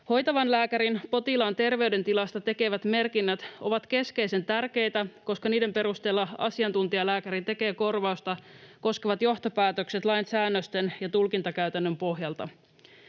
Hoitavan lääkärin potilaan terveydentilasta tekemät merkinnät ovat keskeisen tärkeitä, koska niiden perusteella asiantuntijalääkäri tekee korvausta koskevat johtopäätökset lain säännösten ja tulkintakäytännön pohjalta.